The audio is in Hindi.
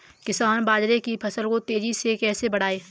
किसान बाजरे की फसल को तेजी से कैसे बढ़ाएँ?